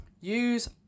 use